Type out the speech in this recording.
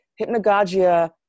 hypnagogia